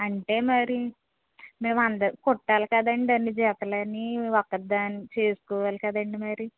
అంటే మరి మేము అందరివి కుట్టాలి కదండీ అన్ని జతలని ఒక్కదాన్నే చేసుకోవాలి కదండి మరి